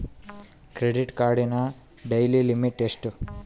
Credit ಕಾರ್ಡಿನ daily limit ಎಷ್ಟು?